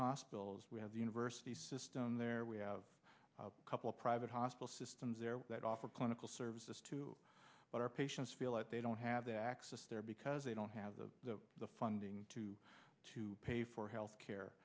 hospitals we have the university system there we have a couple of private hospital systems there that offer clinical services to what our patients feel like they don't have the access there because they don't have the funding to to pay for health care